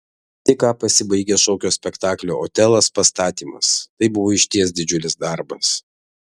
tik ką pasibaigė šokio spektaklio otelas pastatymas tai buvo išties didžiulis darbas